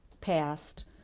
passed